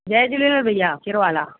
जय झूलेलाल भैया कहिड़ो हाल आहे